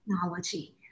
technology